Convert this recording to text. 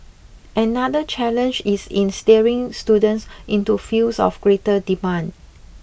another challenge is in steering students into fields of greater demand